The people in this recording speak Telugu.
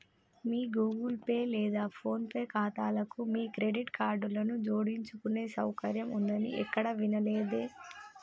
మీ గూగుల్ పే లేదా ఫోన్ పే ఖాతాలకు మీ క్రెడిట్ కార్డులను జోడించుకునే సౌకర్యం ఉందని ఎక్కడా వినలేదే